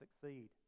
succeed